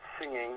singing